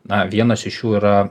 na vienas iš jų yra